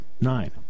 nine